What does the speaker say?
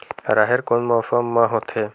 राहेर कोन मौसम मा होथे?